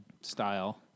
style